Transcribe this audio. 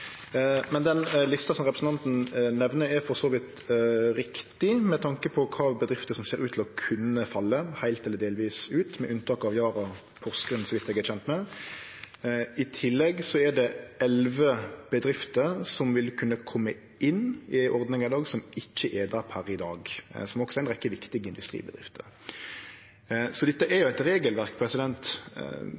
Men den lista som representanten nemner, er for så vidt rett med tanke på kva bedrifter som ser ut til å kunne falle heilt eller delvis ut, med unntak av Yara Porsgrunn, så vidt eg er kjent med. I tillegg er det elleve bedrifter som vil kunne kome inn i ordninga, som ikkje er der per i dag, som òg er ei rekkje viktige industribedrifter. Så dette er jo eit regelverk